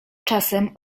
czasem